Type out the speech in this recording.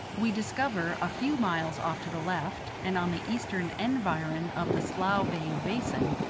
we discover, a few miles off to the left, and on the eastern environ of the slough-veined basin,